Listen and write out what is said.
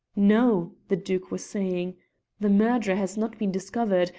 no, the duke was saying the murderer has not been discovered,